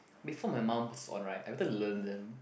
before my mum pass on right I better learn them